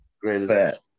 greatest